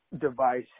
device